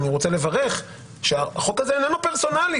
אני רוצה לברך שהחוק הזה אינינו פרסונלי,